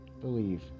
Believe